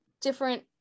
different